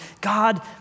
God